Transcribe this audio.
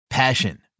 Passion